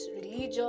religion